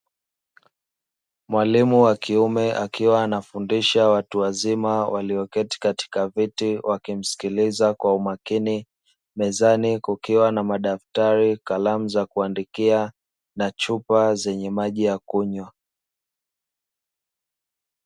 Mwalimu wa kiume akiwa anafundisha watu wazima, walioketi katika viti, wakimsikiliza kwa umakini. Mezani kukiwa na madaftari, kalamu za kuandikia na chupa zenye maji ya kunywa.